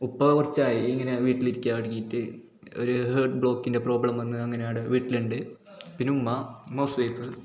ഉപ്പ കുറച്ചായി ഇങ്ങനെ വീട്ടിലിരിക്കാൻ തുടങ്ങിയിട്ട് ഒര് ഹേർട് ബ്ലോക്കിൻ്റെ പ്രോബ്ലം വന്ന് അങ്ങനെ അവിടെ വീട്ടിലുണ്ട് പിന്നെ ഉമ്മ ഉമ്മ ഹൗസ് വൈഫ്ഫ്